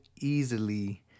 easily